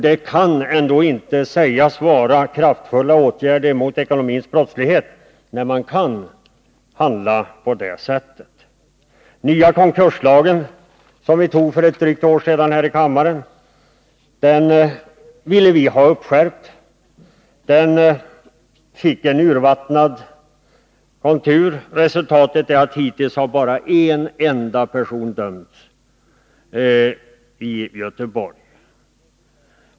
Det kan väl ändå inte sägas vara kraftfulla åtgärder i kampen mot ekonomisk brottslighet när man handlar på det sättet. När det gäller den nya konkurslagen, som vi för drygt ett år sedan antog här i kammaren, så ville vi ha en skärpning. Den fick en urvattnad kontur. Resultatet är att bara en enda person hittills har dömts — jag tänker på ett fall i Göteborg.